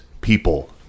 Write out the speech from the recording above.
people